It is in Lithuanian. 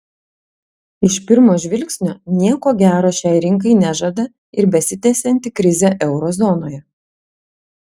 iš pirmo žvilgsnio nieko gero šiai rinkai nežada ir besitęsianti krizė euro zonoje